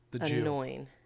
Annoying